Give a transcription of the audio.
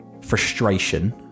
frustration